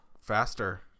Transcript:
faster